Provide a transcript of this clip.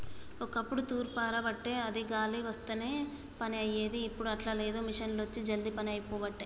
ఒక్కప్పుడు తూర్పార బట్టేది అది గాలి వత్తనే పని అయ్యేది, ఇప్పుడు అట్లా లేదు మిషిండ్లొచ్చి జల్దీ పని అయిపోబట్టే